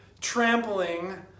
trampling